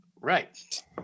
right